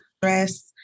stress